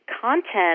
content